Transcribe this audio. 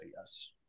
yes